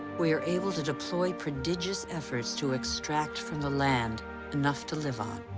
we are able to deploy prodigious efforts to extract from the land enough to live on.